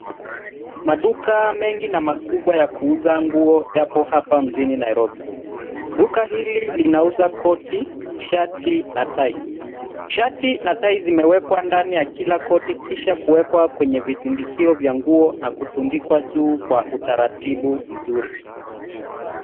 Maduka mengi na makubwa ya kuuza nguo yapo hapa mjini Nairobi. Duka hili linauza koti, shati na tai. Shati na tai zimewekwa ndani ya kila koti kisha kuwekwa kwenye vitundikio vya nguo na kutundikwa juu kwa utaratibu mzuri.